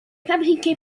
fabriqué